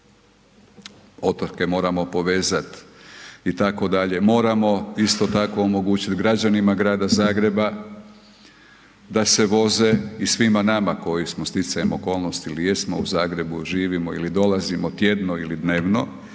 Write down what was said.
otoke moramo povezat itd., moramo isto tako omogućiti građanima grada Zagreba da se voze i svima nama koji smo sticajem okolnosti ili jesmo u Zagrebu, živimo ili dolazimo tjedno ili dnevno,